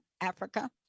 Africa